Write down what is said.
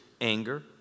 anger